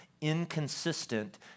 inconsistent